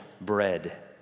bread